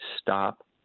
Stop